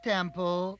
Temple